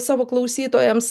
savo klausytojams